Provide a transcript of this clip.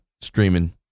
streaming